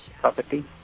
property